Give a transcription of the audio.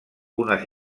unes